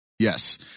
Yes